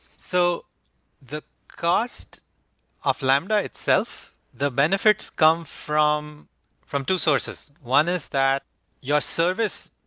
so the cost of lambda itself, the benefits come from from two sources. one is that your service,